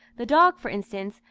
the dog, for instance,